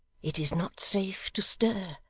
it is not safe to stir.